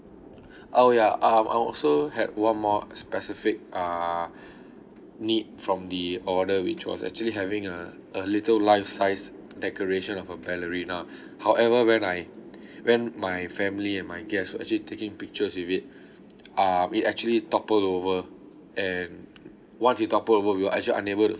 oh ya um I also had one more specific uh need from the order which was actually having a a little live size decoration of a ballerina however when I when my family and my guests were actually taking pictures with it uh it actually toppled over and once we topple we actually unable to